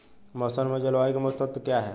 मौसम और जलवायु के मुख्य तत्व क्या हैं?